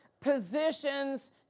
positions